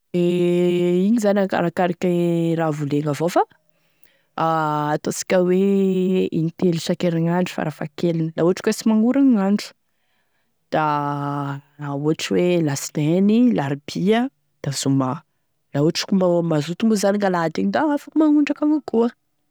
E igny zany arakaraky e raha volegny avao fa, ataosika hoe intelo isankerinandro farafahakeliny la hoe sy magnoragny gn'andro da la ohatry hoe lasinainy, larobia da zoma, la ohatry mazoto zany gn'alahady igny da afaky manondraky avao koa.